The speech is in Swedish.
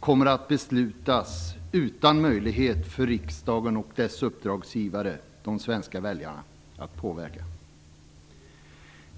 kommer att beslutas utan möjlighet för riksdagen och dess uppdragsgivare, de svenska väljarna, att påverka.